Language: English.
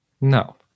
No